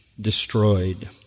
destroyed